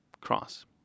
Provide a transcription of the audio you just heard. cross